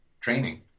training